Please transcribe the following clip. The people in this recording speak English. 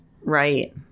Right